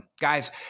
guys